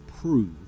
prove